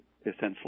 essentially